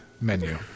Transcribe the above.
menu